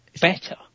better